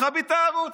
תכבי את הערוץ,